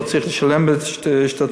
לא צריך לשלם השתתפות,